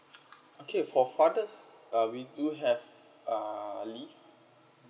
okay for fathers okay we do have uh leave